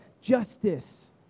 justice